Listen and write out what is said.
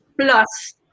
plus